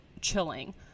chilling